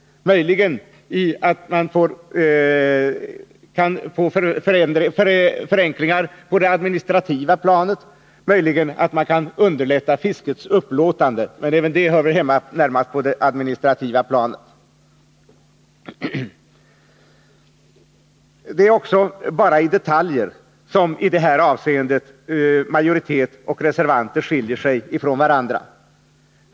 Möjligen kan man därigenom få vissa förenklingar på det administrativa planet, och möjligen kan man underlätta fiskets upplåtande, men även det hör närmast hemma på det administrativa planet. Det är också bara i fråga om detaljer som majoritet och reservanter i det här avseendet skiljer sig från varandra.